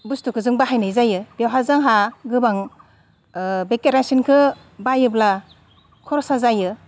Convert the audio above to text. बुस्थुखो जों बाहायनाय जायो बेवहा जोंहा गोबां बे केरासिनखो बायोब्ला खरसा जायो